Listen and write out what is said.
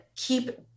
keep